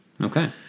Okay